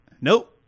Nope